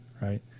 right